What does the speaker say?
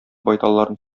байталларын